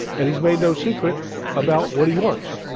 and he's made no secret about what he wants.